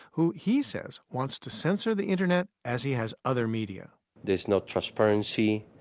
who he says wants to censor the internet as he has other media there's no transparency.